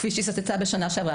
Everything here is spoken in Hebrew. כפי היא סטתה בשנה שעברה.